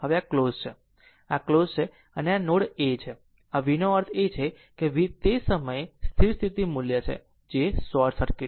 તેથી આ ક્લોઝ છે આ ક્લોઝ છે અને આ નોડ એ છે આ vનો અર્થ છે વી તે સમયે તે સ્થિર સ્થિતિ મૂલ્ય છે જે આ શોર્ટ સર્કિટ છે